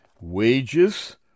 wages